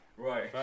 Right